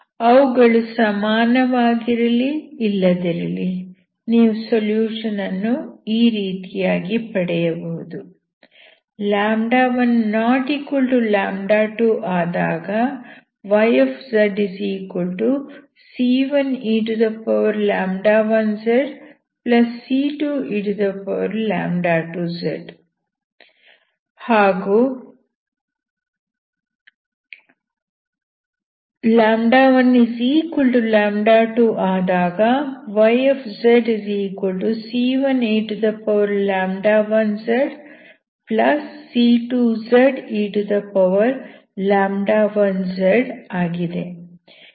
ಅವುಗಳು ಸಮಾನವಾಗಿರಲಿ ಇಲ್ಲದಿರಲಿ ನೀವು ಸೊಲ್ಯೂಷನ್ ಅನ್ನು ಈ ರೀತಿಯಾಗಿ ಪಡೆಯಬಹುದು 12 ಆದಾಗ yzc1e1zc2e2z ಹಾಗೂ 12 ಆದಾಗ yzc1e1zc2ze1z ಆಗಿದೆ